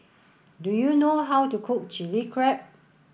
do you know how to cook Chili Crab